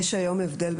יש הבדל,